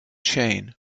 chain